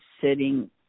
sitting